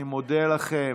אני מודה לכם.